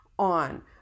on